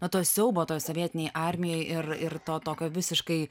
nuo to siaubo toj sovietinėj armijoj ir ir to tokio visiškai